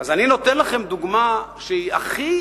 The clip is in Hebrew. אז אני נותן לכם דוגמה שהיא הכי